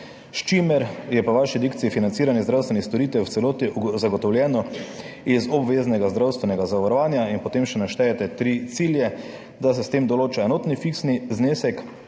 s čimer je po vaši dikciji financiranje zdravstvenih storitev v celoti zagotovljeno iz obveznega zdravstvenega zavarovanja. In potem naštejete še tri cilje: da se s tem določa enotni fiksni znesek